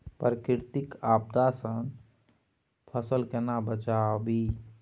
प्राकृतिक आपदा सं फसल केना बचावी?